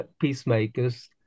peacemakers